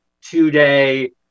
two-day